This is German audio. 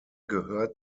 gehört